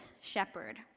shepherd